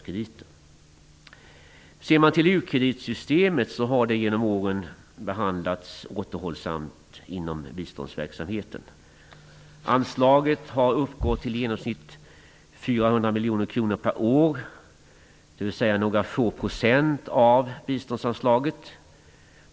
Systemet med u-krediter har genom åren behandlats återhållsamt inom biståndsverksamheten. Anslaget har uppgått till i genomsnitt 400 miljoner kronor per år, dvs. några få procent av biståndsanslaget.